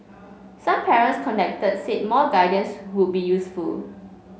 some parents contacted said more guidance would be useful